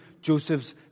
Joseph's